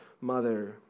mother